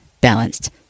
balanced